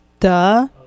Duh